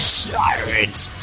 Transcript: siren's